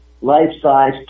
life-size